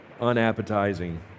unappetizing